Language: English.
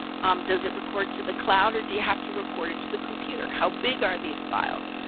does it record to the cloud or do you have to record it to the computer? how big are these files?